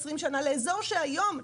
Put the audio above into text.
20 שנה לאזור שהיום,